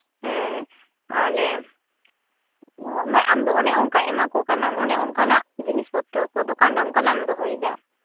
ᱟᱞᱮ ᱟᱢᱫᱚ ᱚᱱᱮ ᱚᱱᱠᱟ ᱮᱢᱟᱠᱚ ᱠᱟᱱᱟᱢ ᱚᱱᱮ ᱚᱱᱠᱟᱱᱟᱜ ᱡᱤᱱᱤᱥ ᱯᱚᱛᱨᱚ ᱠᱚ ᱫᱚᱠᱟᱱ ᱨᱮ ᱚᱱᱠᱟᱱᱟᱜ ᱮᱢ ᱫᱚᱦᱚᱭᱫᱟ